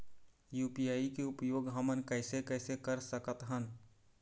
UPI के उपयोग हमन कैसे कैसे कर सकत हन?